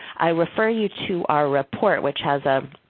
i refer you to our report, which has a